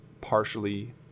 partially